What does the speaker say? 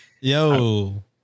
Yo